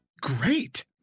great